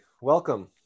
Welcome